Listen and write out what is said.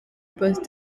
poste